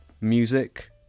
music